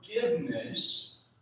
forgiveness